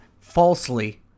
falsely